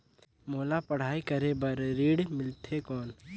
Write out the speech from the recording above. मोला पढ़ाई करे बर ऋण मिलथे कौन?